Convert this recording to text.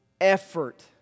effort